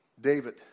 David